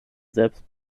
selbst